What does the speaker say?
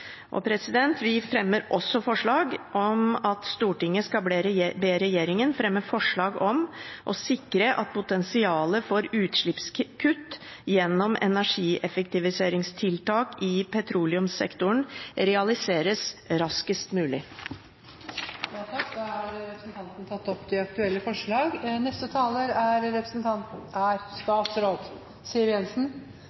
Vi har også et forslag om at Stortinget skal be regjeringen fremme forslag om å sikre at potensialet for utslippskutt gjennom energieffektiviseringstiltak i petroleumssektoren realiseres raskest mulig. Da har representanten Karin Andersen tatt opp de